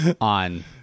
on